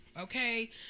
Okay